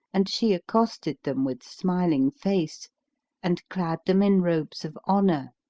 and she accosted them with smiling face and clad them in robes of honour,